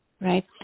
right